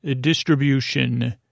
distribution